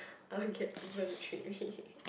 I want get people to treat me